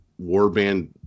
warband